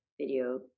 video